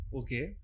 okay